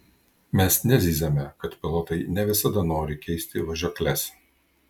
mes nezyziame kad pilotai ne visada nori keisti važiuokles